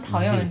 is it